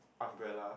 umbrella